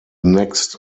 next